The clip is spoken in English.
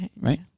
right